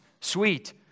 sweet